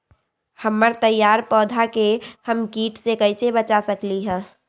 हमर तैयार पौधा के हम किट से कैसे बचा सकलि ह?